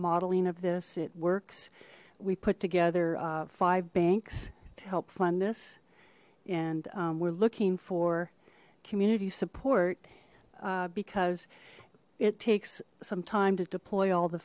modeling of this it works we put together five banks to help fund this and we're looking for community support because it takes some time to deploy all the